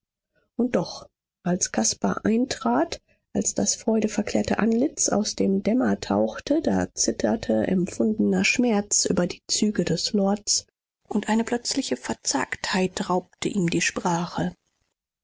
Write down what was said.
und doch als caspar eintrat als das freudeverklärte antlitz aus dem dämmer tauchte da zitterte empfundener schmerz über die züge des lords und eine plötzliche verzagtheit raubte ihm die sprache